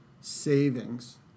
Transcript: savings